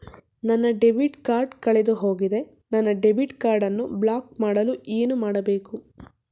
ನನ್ನ debit card ಕಳೆದುಹೋಗಿದೆ ನನ್ನ ಡೆಬಿಟ್ ಕಾರ್ಡ್ ಅನ್ನು ಬ್ಲಾಕ್ ಮಾಡಲು ಏನು ಮಾಡಬೇಕು?